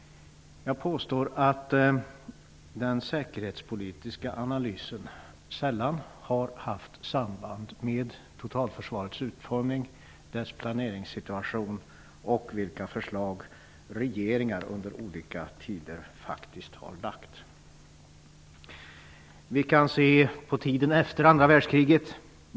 Jag påstår att den säkerhetspolitiska analysen sällan har haft samband med totalförsvarets utformning, dess planeringssituation och vilka förslag som regeringar under olika tider har lagt fram. Vi kan se till tiden efter andra världskriget.